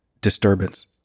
disturbance